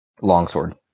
Longsword